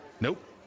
Nope